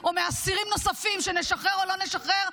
או מאסירים נוספים שנשחרר או לא נשחרר,